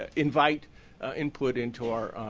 ah invite input into our